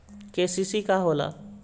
KCC का होला?